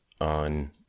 on